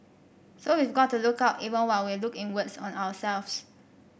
so we've got to look out even while we look inwards on ourselves